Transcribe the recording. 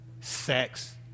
sex